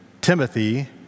Timothy